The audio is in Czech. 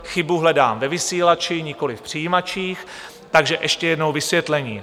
Chybu hledám ve vysílači, nikoliv v přijímačích, takže ještě jednou vysvětlení.